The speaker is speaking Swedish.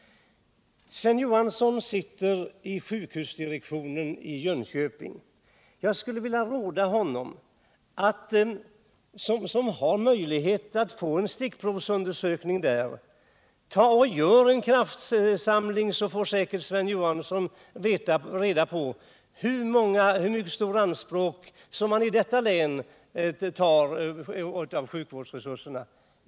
Sven Johansson är ledamot av sjukhusdirektionen för Jönköpings lasarett. Jag skulle vilja råda honom, som har möjligheter, att göra en stickprovsundersökning där: Gör en sådan kraftsamling, så får säkerligen Sven Johansson reda på hur mycket som i det länet tas i anspråk av sjukvårdsresurserna för detta ändamål!